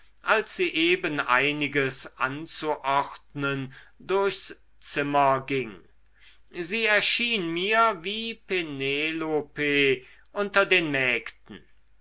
als sie eben einiges anzuordnen durchs zimmer ging sie erschien mir wie penelope unter den mägden